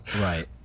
Right